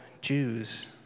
Jews